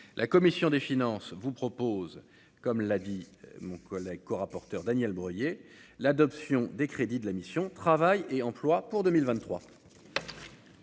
la commission des finances vous propose. Comme l'a dit mon collègue, co-rapporteur Daniel Breuiller l'adoption des crédits de la mission Travail et emploi pour 2023.